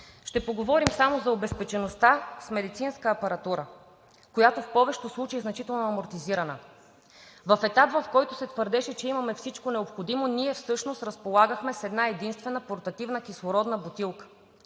Ще поговорим само за обезпечеността с медицинска апаратура, която в повечето случаи е значително амортизирана. В етапа, в който се твърдеше, че имаме всичко необходимо, всъщност разполагахме с една-единствена портативна кислородна бутилка,